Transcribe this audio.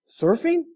Surfing